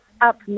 up